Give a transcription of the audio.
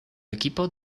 equipo